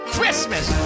Christmas